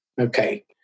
Okay